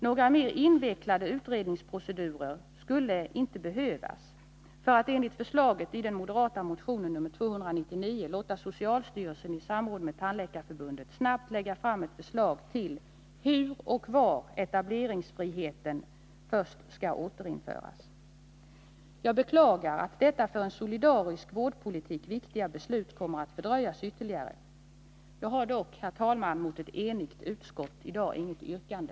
Några mer invecklade utredningsprocedurer skulle inte behövas för att enligt förslaget i den moderata motionen nr 299 låta socialstyrelsen i samråd med Tandläkarförbundet snabbt lägga fram ett förslag till hur och var etableringsfriheten först skall återinföras. Jag beklagar att detta för en solidarisk vårdpolitik viktiga beslut kommer att fördröjas ytterligare. För dagen har jag dock, herr talman, mot ett enigt utskott inget yrkande.